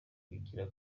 kigira